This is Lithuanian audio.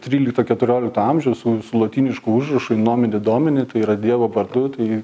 trylikto keturiolikto amžiaus su lotynišku užrašu inomini didomini tai yra dievo vardu tai